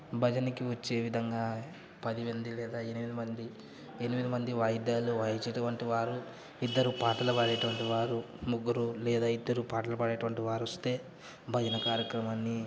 భజనకి వచ్చే విధంగా పది మంది లేదా ఎనిమిది మంది ఎనిమిది మంది వాయిద్యాలు వాయించేటటువంటి వారు ఇద్దరు పాటలు పాడేటటువంటి వారు ముగ్గురు లేదా ఇద్దరు పాటలు పాడేటటువంటి వారు వస్తే భజన కార్యక్రమాన్ని